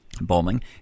bombing